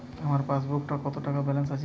আমার পাসবইতে কত টাকা ব্যালান্স আছে?